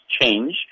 change